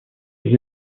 des